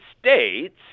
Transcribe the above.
States